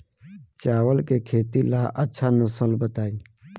चावल के खेती ला अच्छा नस्ल बताई?